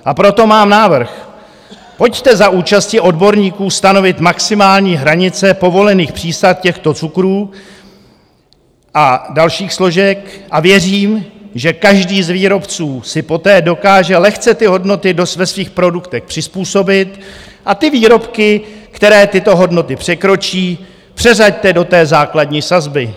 A proto mám návrh pojďte za účasti odborníků stanovit maximální hranice povolených přísad těchto cukrů a dalších složek a věřím, že každý z výrobců si poté dokáže lehce ty hodnoty ve svých produktech přizpůsobit a ty výrobky, které tyto hodnoty překročí, přeřaďte do základní sazby.